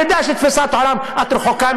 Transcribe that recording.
אני יודע שבתפיסת העולם את רחוקה,